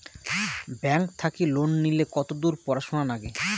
Bank থাকি loan নিলে কতদূর পড়াশুনা নাগে?